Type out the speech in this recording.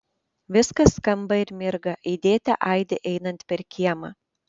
viskas skamba ir mirga aidėte aidi einant per kiemą